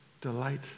delight